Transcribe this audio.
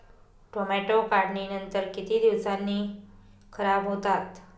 Tomato काढणीनंतर किती दिवसांनी खराब होतात?